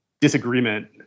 disagreement